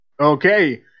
Okay